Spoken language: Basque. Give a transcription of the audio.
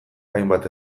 hainbat